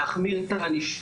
להחמיר את הענישה,